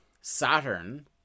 Saturn